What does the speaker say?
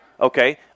Okay